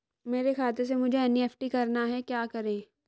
मेरे खाते से मुझे एन.ई.एफ.टी करना है क्या करें?